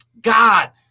God